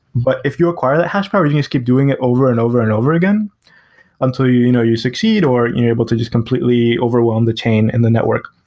but if you require that hash power, you can just keep doing it over and over and over again until you you know you succeed or you're able to just completely overwhelm the chain and the network.